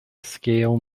scale